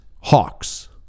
hawks